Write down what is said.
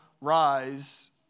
rise